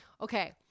Okay